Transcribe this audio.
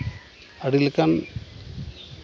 ᱟᱹᱰᱤ ᱞᱮᱠᱟᱱ